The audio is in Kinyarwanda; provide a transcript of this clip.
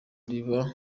rireba